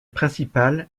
principale